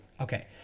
Okay